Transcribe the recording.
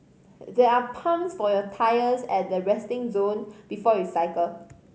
there are pumps for your tyres at the resting zone before you cycle